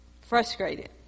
Frustrated